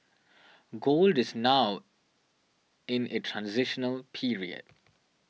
gold is now in a transitional period